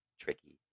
tricky